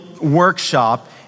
workshop